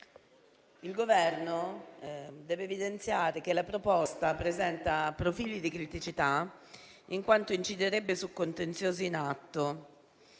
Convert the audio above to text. il Governo deve evidenziare che la proposta presenta profili di criticità, in quanto inciderebbe su contenziosi in atto